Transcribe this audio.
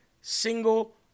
single